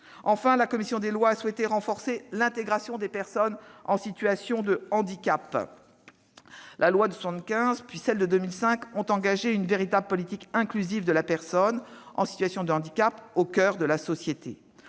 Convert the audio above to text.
Enfin, la commission des lois a souhaité renforcer l'intégration des personnes en situation de handicap. Avec la loi de 1975, puis celle de 2005, a été engagée une politique inclusive de la personne en situation de handicap au coeur de la société.